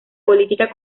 política